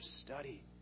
study